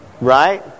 right